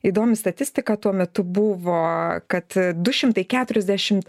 įdomi statistika tuo metu buvo kad du šimtai keturiasdešimt